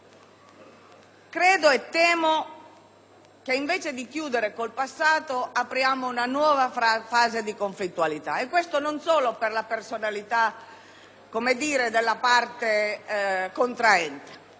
Credo e temo che, invece di chiudere con il passato, stiamo aprendo una nuova fase di conflittualità, e questo non solo per la personalità della parte contraente.